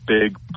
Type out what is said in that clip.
big